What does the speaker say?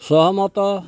ସହମତ